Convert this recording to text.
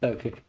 Okay